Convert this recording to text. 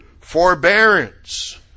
forbearance